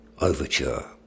Overture